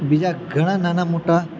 બીજાં ઘણાં નાનાં મોટાં